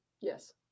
Yes